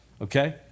okay